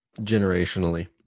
generationally